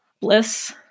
bliss